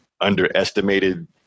underestimated